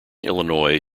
illinois